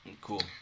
cool